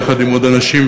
יחד עם עוד אנשים,